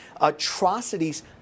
atrocities